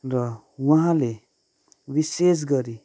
र उहाँले विशेष गरी